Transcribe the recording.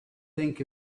think